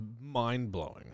mind-blowing